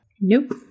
Nope